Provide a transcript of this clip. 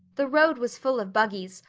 the road was full of buggies,